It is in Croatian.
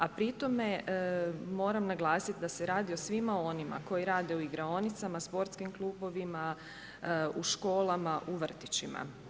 A pri tome moram naglasiti da se radi o svima onima koji rade u igraonicama, sportskim klubovima, u školama, u vrtićima.